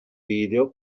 video